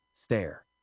stare